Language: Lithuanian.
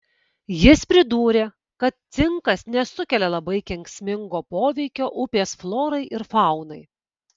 jis pridūrė kad cinkas nesukelia labai kenksmingo poveikio upės florai ir faunai